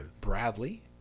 Bradley